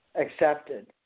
Accepted